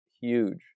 huge